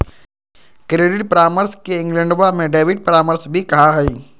credit परामर्श के इंग्लैंडवा में डेबिट परामर्श भी कहा हई